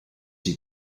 die